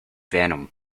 venom